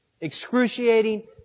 excruciating